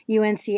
UNC